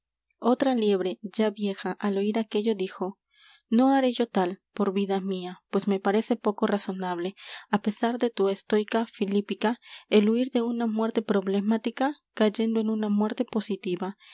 otra liebre ya vieja al oír aquello dijo no haré yo tal por vida m í a pues me parece poco razonable á pesar de tu estoica filípica el huir de una muerte problemática cayendo en una muerte positiva